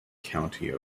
county